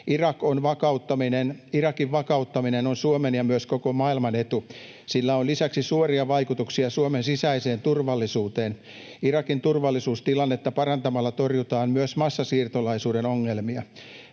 Irakin vakauttaminen on Suomen ja myös koko maailman etu. Sillä on lisäksi suoria vaikutuksia Suomen sisäiseen turvallisuuteen. Irakin turvallisuustilannetta parantamalla torjutaan myös massasiirtolaisuuden ongelmia.